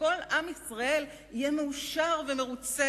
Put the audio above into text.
וכל עם ישראל יהיה מאושר ומרוצה,